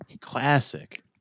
Classic